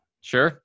Sure